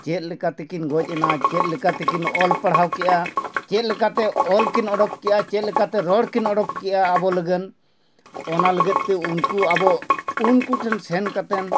ᱪᱮᱫ ᱞᱮᱠᱟ ᱛᱮᱠᱤᱱ ᱜᱚᱡ ᱮᱱᱟ ᱪᱮᱫ ᱞᱮᱠᱟ ᱛᱮᱠᱤᱱ ᱚᱞ ᱯᱟᱲᱦᱟᱣ ᱠᱮᱜᱼᱟ ᱪᱮᱫ ᱞᱮᱠᱟᱛᱮ ᱚᱞ ᱠᱤᱱ ᱚᱰᱚᱠ ᱠᱮᱜᱼᱟ ᱪᱮᱫ ᱞᱮᱠᱟᱛᱮ ᱨᱚᱲ ᱠᱤᱱ ᱚᱰᱚᱠ ᱠᱮᱜᱼᱟ ᱟᱵᱚ ᱞᱟᱹᱜᱤᱫ ᱚᱱᱟ ᱞᱟᱹᱜᱤᱫ ᱛᱮ ᱩᱱᱠᱩ ᱟᱵᱚ ᱩᱱᱠᱩ ᱴᱷᱮᱱ ᱥᱮᱱ ᱠᱟᱛᱮᱫ